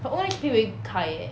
but Owndays give very high leh